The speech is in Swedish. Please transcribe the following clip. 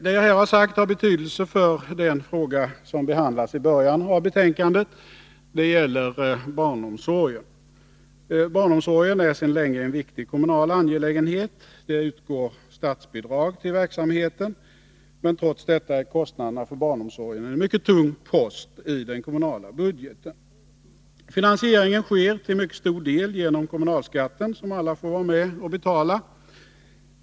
Det jag här sagt har betydelse för den fråga som behandlas i början av betänkandet och som gäller barnomsorgen. Barnomsorgen är sedan länge en viktig kommunal angelägenhet. Det utgår statsbidrag till verksamheten, men trots detta är kostnaderna för barnomsorgen en mycket tung post i den kommunala budgeten. Finansieringen sker till mycket stor del genom kommunalskatten, som alla får vara med och betala.